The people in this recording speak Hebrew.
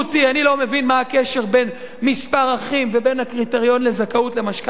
אני לא מבין מה הקשר בין מספר האחים לבין הקריטריון לזכאות למשכנתה,